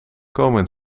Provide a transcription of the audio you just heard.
komen